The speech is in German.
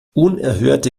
unerhörte